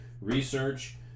research